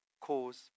cause